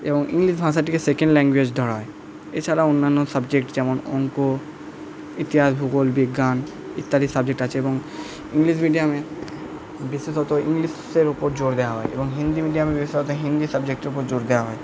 এবং ইংলিশ ভাষাটিকে second language ধরা হয় এছাড়া অন্যান্য সাবজেক্ট যেমন অংক ইতিহাস ভূগোল বিজ্ঞান ইত্যাদি সাবজেক্ট আছে এবং ইংলিশ মিডিয়ামে বিশেষত ইংলিশের ওপর জোর দেওয়া হয় এবং হিন্দি মিডিয়ামে বিশেষত হিন্দি সাবজেক্টের ওপর জোর দেওয়া হয়